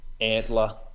antler